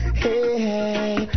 hey